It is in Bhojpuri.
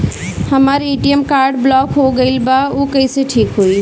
हमर ए.टी.एम कार्ड ब्लॉक हो गईल बा ऊ कईसे ठिक होई?